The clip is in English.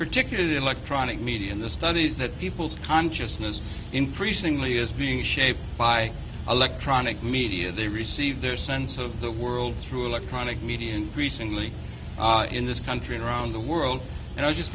particularly the electronic media and the studies that people's consciousness increasingly is being shaped by electronic media they receive their sense of the world through electronic media increasingly in this country and around the world and i was just